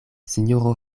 sinjoro